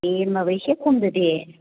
दे होनबाबो एसे खमदो दे